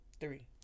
three